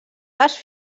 les